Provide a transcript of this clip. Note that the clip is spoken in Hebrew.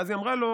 ואז היא אמרה לו: